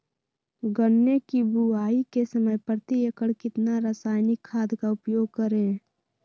गन्ने की बुवाई के समय प्रति एकड़ कितना रासायनिक खाद का उपयोग करें?